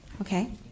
Okay